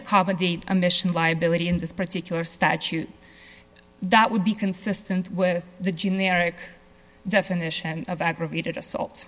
accommodate a mission liability in this particular statute that would be consistent with the generic definition of aggravated assault